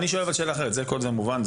כל זה מובן,